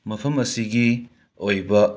ꯃꯐꯝ ꯑꯁꯤꯒꯤ ꯑꯣꯏꯕ